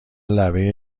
لبه